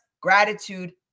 gratitude